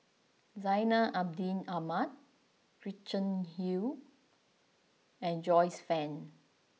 Zainal Abidin Ahmad Gretchen Liu and Joyce Fan